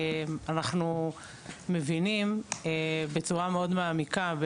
אנחנו מבינים בצורה מאוד מעמיקה,